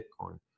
bitcoin